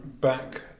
back